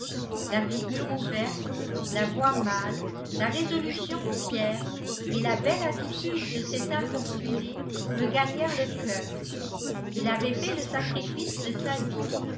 la figure ouverte la voix mâle la résolution fière et la belle attitude de cet infortuné me gagnèrent le coeur il avait fait le sacrifice de sa vie